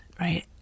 right